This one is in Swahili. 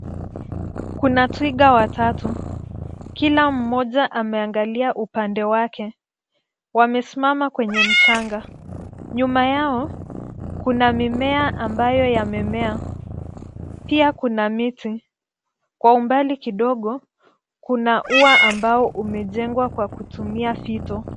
Kuna twiga watatu. Kila mmoja ameangalia upande wake. Wamesimama kwenye mchanga. Nyuma yao, kuna mimea ambayo yamemea. Pia kuna miti. Kwa umbali kidogo, kuna ua ambao umejengwa kwa kutumia fito.